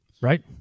Right